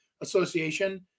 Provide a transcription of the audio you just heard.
Association